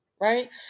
Right